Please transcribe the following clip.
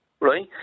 right